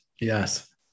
Yes